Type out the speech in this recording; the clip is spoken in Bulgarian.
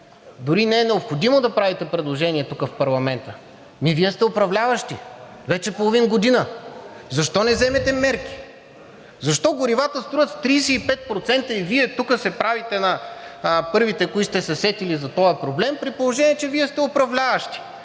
дори не е необходимо да правите предложение тук в парламента. Вие сте управляващи вече половин година. Защо не вземете мерки? Защо горивата струват с 35% повече и Вие тук се правите на първите, които сте се сетили за този проблем, при положение че Вие сте управляващи